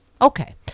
Okay